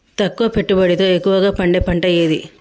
తక్కువ పెట్టుబడితో ఎక్కువగా పండే పంట ఏది?